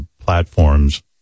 platforms